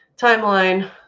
Timeline